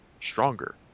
Stronger